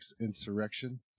insurrection